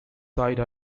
side